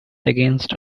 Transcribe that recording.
against